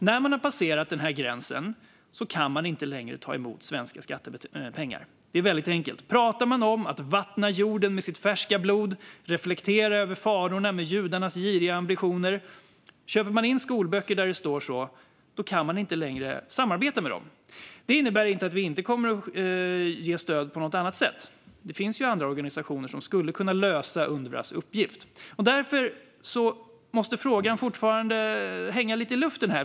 När man har passerat gränsen kan man inte längre ta emot svenska skattepengar - det är enkelt. Om de pratar om att vattna jorden med sitt färska blod, reflekterar över farorna med judarnas giriga ambitioner och köper in skolböcker där sådant står går det inte längre att samarbeta med dem. Detta innebär inte att vi inte kommer att ge stöd på något annat sätt. Det finns andra organisationer som skulle kunna lösa Unrwas uppgift. Därför måste frågan fortfarande hänga lite i luften.